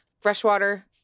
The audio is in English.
freshwater